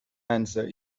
answer